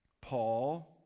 Paul